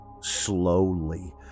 Slowly